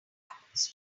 happens